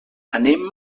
anem